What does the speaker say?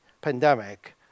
pandemic